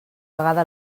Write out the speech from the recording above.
vegada